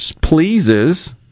pleases